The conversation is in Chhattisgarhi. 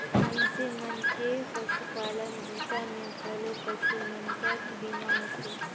मइनसे मन के पसुपालन बूता मे घलो पसु मन कर बीमा होथे